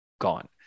gone